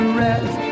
rest